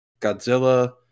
Godzilla